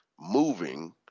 moving